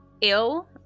ill